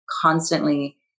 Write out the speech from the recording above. constantly